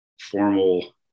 formal